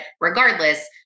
regardless